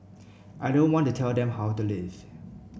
I don't want to tell them how to live